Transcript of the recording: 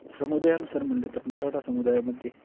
समुदायानुसार म्हणलं तर मराठा समुदायामध्ये